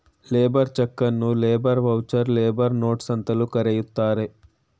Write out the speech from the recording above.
labour ಚಕನ್ನು labour voucher, labour notes ಅಂತಲೂ ಕರೆಯುತ್ತಾರೆ